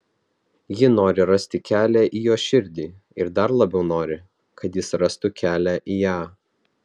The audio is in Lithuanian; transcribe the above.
ji nori rasti kelią į jo širdį ir dar labiau nori kad jis rastų kelią į ją